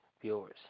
viewers